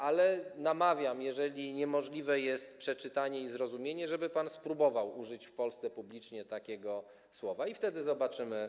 Ale namawiam, jeżeli niemożliwe jest przeczytanie i zrozumienie, żeby pan spróbował użyć w Polsce publicznie takiego określenia i wtedy zobaczymy.